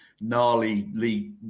gnarly